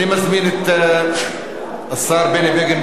אני מזמין את השר בני בגין,